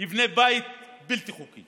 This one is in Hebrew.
יבנה בית בלתי חוקי